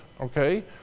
okay